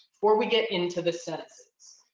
before we get into the senses,